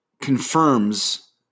confirms